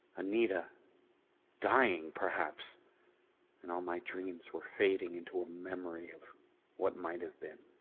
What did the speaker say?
anita dying, perhaps and all my dreams were fading into a memory of what might have been.